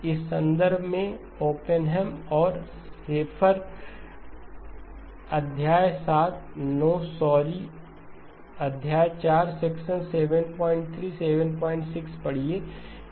इस संदर्भ में ओप्पेनहेम और शेफ़रOppenheim Schaffer अध्याय 7 नो सॉरी अध्याय 4 सेक्शन 73 से 76 पढ़िए